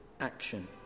action